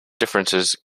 differences